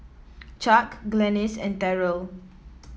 Chuck Glennis and Terrell